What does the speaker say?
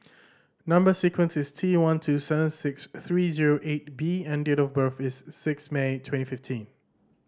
number sequence is T one two seven six three zero eight B and date of birth is six May twenty fifteen